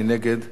מי נמנע?